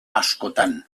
askotan